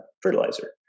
fertilizer